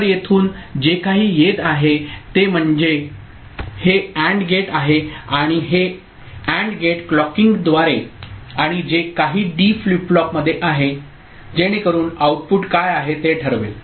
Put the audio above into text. तर येथून जे काही येत आहे ते म्हणजे हे AND गेट आणि हे AND गेट क्लॉकिंगद्वारे आणि जे काही डी फ्लिप फ्लॉपमध्ये आहे जेणेकरून आउटपुट काय आहे ते ठरवेल